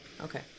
okay